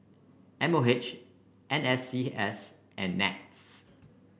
M O H N S C S and NETS